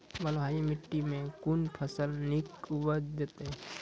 बलूआही माटि मे कून फसल नीक उपज देतै?